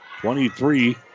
23